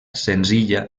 senzilla